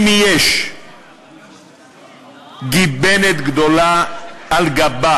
אם יש גיבנת גדולה על גבה